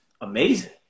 amazing